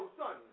son